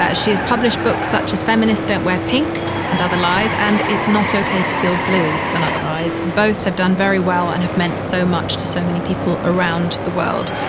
ah she has published books such as feminist don't wear pink and other lies and it's not ok to feel blue and other lies. both have done very well and have meant so much to so many people around the world.